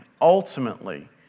ultimately